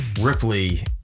Ripley